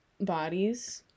bodies